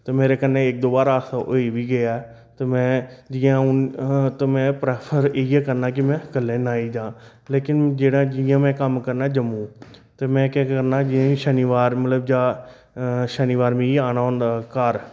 ते मेरे कन्नै इक दो बार हादसा होई बी गेआ ऐ ते में जि'यां हून ते में प्रैफर इ'यै करना कि में कल्ले ना ई जां लेकिन जेह्ड़ा जि'यां में कम्म करना जम्मू ते में केह् करना जि'यां कि शनिवार मतलब जां शनिवार मिगी औना होंदा घर